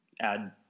add